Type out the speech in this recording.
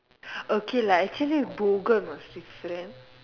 okay lah actually Bogan was different